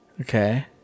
Okay